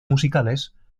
musicales